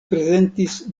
prezentis